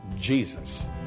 Jesus